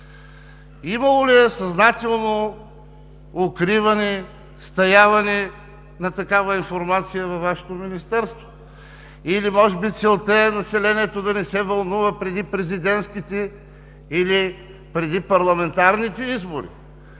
Имало ли е съзнателно укриване, стаяване на такава информация във Вашето Министерство, или може би целта е населението да не се вълнува преди президентските или преди парламентарните избори,